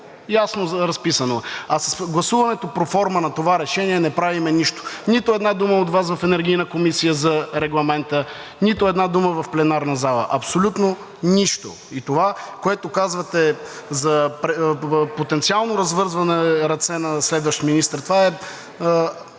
Ясно разписано е, а с гласуването проформа на това решение не правим нищо. Нито една дума от Вас в Енергийната комисия за Регламента, нито една дума в пленарната зала. Абсолютно нищо! И това, което казвате, за потенциално развързване ръце на следващ министър – това е